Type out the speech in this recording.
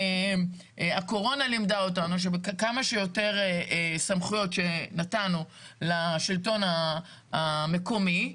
שהקורונה לימדה אותנו שכמה שיותר סמכויות שנתנו לשלטון המקומי,